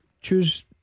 choose